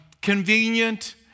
convenient